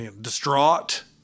distraught